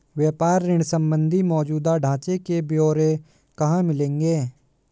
व्यापार ऋण संबंधी मौजूदा ढांचे के ब्यौरे कहाँ मिलेंगे?